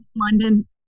London